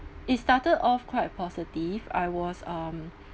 it started off quite positive I was um